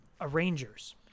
arrangers